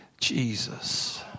Jesus